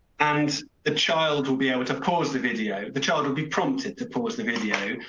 and the child will be able to pause the video. the child will be prompted to pause the video.